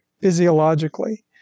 physiologically